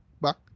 back